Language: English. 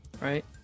Right